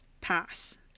pass